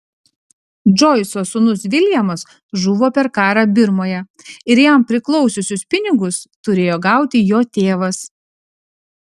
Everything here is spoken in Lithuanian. džoiso sūnus viljamas žuvo per karą birmoje ir jam priklausiusius pinigus turėjo gauti jo tėvas